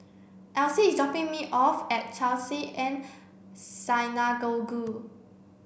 Elyse is dropping me off at Chesed El Synagogue